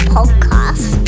Podcast